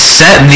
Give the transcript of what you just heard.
set